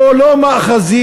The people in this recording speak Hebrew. פה לא מאחזים.